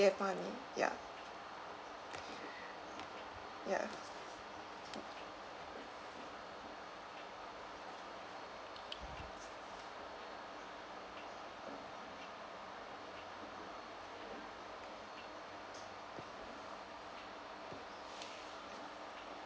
~F money ya ya